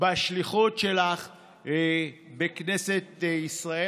בשליחות שלך בכנסת ישראל.